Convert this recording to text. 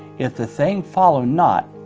if the thing follow not,